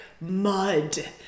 mud